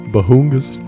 Bahungus